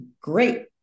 great